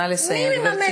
נא לסיים, גברתי.